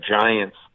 giants